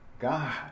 God